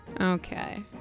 Okay